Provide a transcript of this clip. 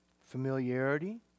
Familiarity